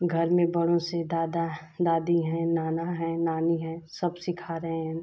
घर में बड़ों से दादा दादी हैं नाना हैं नानी हैं सब सिखा रहे हैं